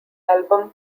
album